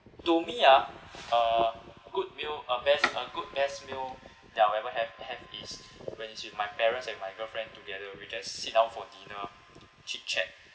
to me uh a good meal a best a good best meal that I'll ever have have is when it's with my parents and my girlfriend together we just sit down for dinner chit chat